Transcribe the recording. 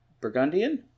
burgundian